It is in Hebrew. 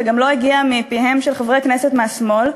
זה גם לא הגיע מפיהם של חברי כנסת מהשמאל,